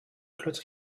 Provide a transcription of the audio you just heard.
cloître